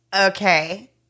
Okay